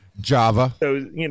Java